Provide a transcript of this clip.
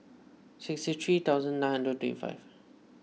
sixty three thousand nine and twenty five